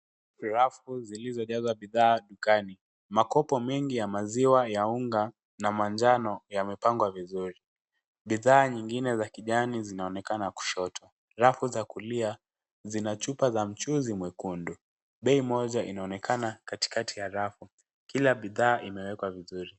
Virafu vilivyojazwa bidhaa dukani. Makopo mengi ya maziwa ya unga na manjano yameepangwa vizuri. Bidhaa nyingine za kijani zinaonekana kushoto alafu za kulia Zina chupa za mchuzi mwekundu. Bei moja inaonekana katikati ya rafu. Kila bidhaa imewekwa vizuri.